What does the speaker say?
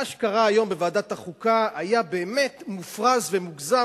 שמה שקרה היום בוועדת החוקה היה באמת מופרז ומוגזם,